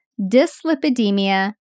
dyslipidemia